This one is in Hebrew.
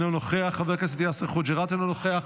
מוותר, חבר הכנסת יבגני סובה, אינו נוכח,